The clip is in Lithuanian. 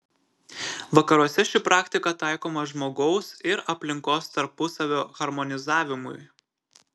vakaruose ši praktika taikoma žmogaus ir aplinkos tarpusavio harmonizavimui